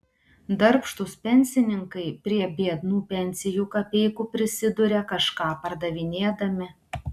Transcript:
darbštūs pensininkai prie biednų pensijų kapeikų prisiduria kažką pardavinėdami